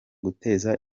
guteza